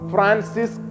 Francis